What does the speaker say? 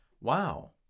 Wow